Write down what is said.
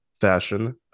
fashion